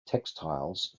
textiles